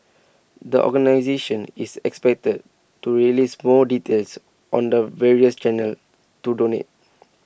the organisation is expected to release more details on the various channels to donate